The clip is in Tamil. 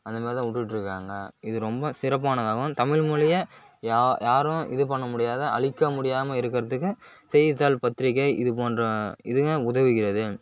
அந்த மாரிதான் விட்டுட்ருக்காங்க இது ரொம்ப சிறப்பானதாகவும் தமிழ்மொழியை யாரும் இது பண்ண முடியாத அழிக்க முடியாமல் இருக்கிறதுக்கு செய்தித்தாள் பத்திரிக்கை இது போன்ற இதுங்கள் உதவுகிறது